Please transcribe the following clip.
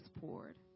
poured